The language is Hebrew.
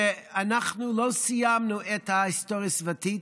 שאנחנו לא סיימנו את ההיסטוריה הסביבתית.